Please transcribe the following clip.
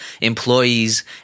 employees